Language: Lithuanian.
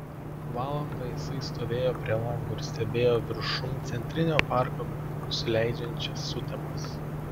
valandą jisai stovėjo prie lango ir stebėjo viršum centrinio parko nusileidžiančias sutemas